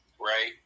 right